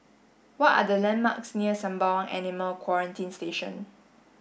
what are the landmarks near Sembawang Animal Quarantine Station